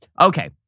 Okay